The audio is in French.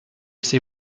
ses